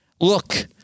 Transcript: look